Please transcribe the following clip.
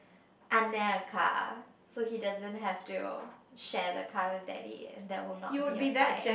a car so he doesn't have to share the car with daddy and there will not be a fight